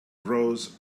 grows